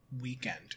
weekend